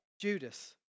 Judas